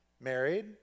married